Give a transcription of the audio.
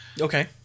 Okay